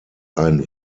ein